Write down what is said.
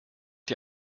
die